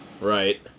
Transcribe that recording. Right